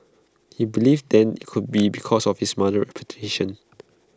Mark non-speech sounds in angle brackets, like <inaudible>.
he believed then IT could be because of his mother's <unintelligible>